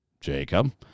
Jacob